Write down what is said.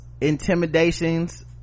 intimidations